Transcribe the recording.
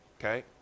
okay